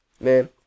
man